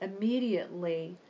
immediately